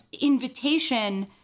invitation